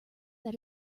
that